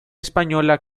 española